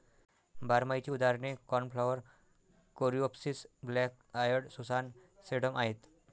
बारमाहीची उदाहरणे cornflower, coreopsis, black eyed Susan, sedum आहेत